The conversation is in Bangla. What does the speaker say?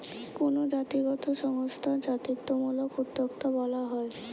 কোনো জাতিগত সংস্থা জাতিত্বমূলক উদ্যোক্তা বলা হয়